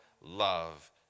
love